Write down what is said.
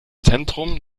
zentrum